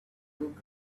took